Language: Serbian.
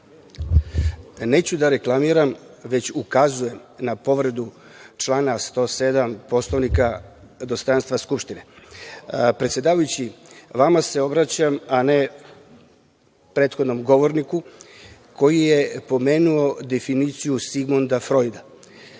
Neću da reklamiram, već ukazujem na povredu člana 107. Poslovnika, dostojanstvo Skupštine. Predsedavajući, vama se obraćam, a ne prethodnom govorniku koji je pomenuo definiciju Sigmunda Frojda. Želeo